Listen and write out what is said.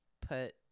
put